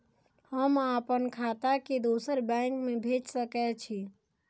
हम आपन खाता के दोसर बैंक में भेज सके छी?